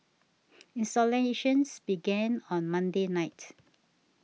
installations began on Monday night